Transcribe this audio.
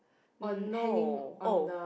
mm no oh